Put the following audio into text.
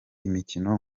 imikino